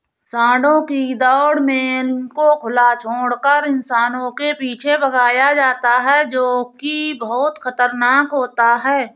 सांडों की दौड़ में उनको खुला छोड़कर इंसानों के पीछे भगाया जाता है जो की बहुत खतरनाक होता है